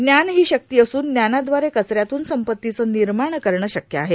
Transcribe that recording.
ज्ञान ही शक्ती असून ज्ञानाद्वारे कचर्यातून संपत्तीचे निर्माण करणे शक्य आहे